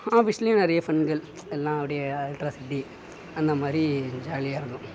ஆஃபீஸ்லையும் நிறைய ஃபன்கள் எல்லாம் அப்படியே அல்ட்ராசிட்டி அந்தமாதிரி ஜாலியாக இருந்தோம்